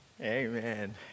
Amen